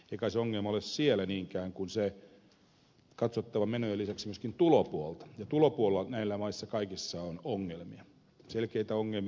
ei kai se ongelma ole siellä niinkään vaan on katsottava menojen lisäksi myöskin tulopuolta ja tulopuolella näillä kaikilla mailla on ongelmia selkeitä ongelmia